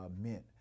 meant